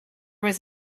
was